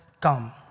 come